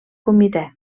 comitè